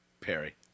Perry